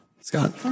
Scott